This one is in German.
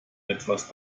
etwas